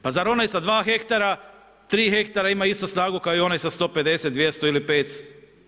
Pa zar oni sa 2 hektara, 3 hektara ima istu snagu kao i onaj sa 150, 200 ili 50?